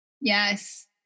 Yes